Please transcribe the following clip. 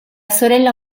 sorella